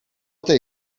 tej